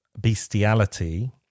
bestiality